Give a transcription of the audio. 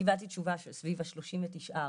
קיבלתי תשובה של סביב השלושים ותשעה,